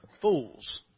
fools